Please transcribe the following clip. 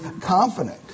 confident